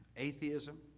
atheism,